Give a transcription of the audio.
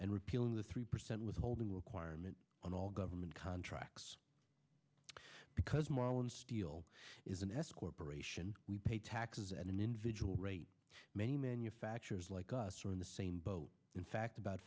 and repealing the three percent withholding requirement on all government contracts because marlin steel is an s corporation we pay taxes at an individual rate many manufacturers like us are in the same boat in fact about